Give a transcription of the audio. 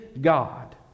God